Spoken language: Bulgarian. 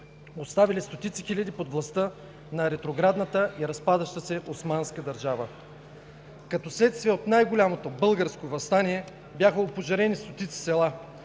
оставили стотици хиляди под властта на ретроградната и разпадаща се османска държава. Като следствие от най-голямото българско въстание бяха опожарени стотици села,